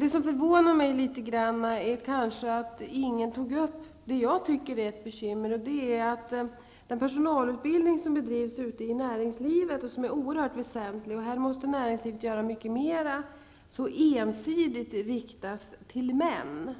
Det förvånar mig att ingen har tagit upp den fråga som jag finner vara ett bekymmer. Den personalutbildning som bedrivs i näringslivet och som är oerhört väsentlig -- här måste näringslivet göra mer -- riktas ensidigt till män.